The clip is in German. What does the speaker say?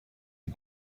die